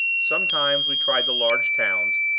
sometimes we tried the large towns,